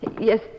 Yes